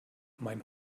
mein